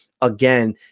again